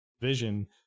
vision